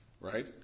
Right